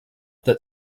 that